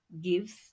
gives